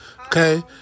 Okay